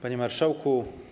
Panie Marszałku!